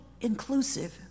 inclusive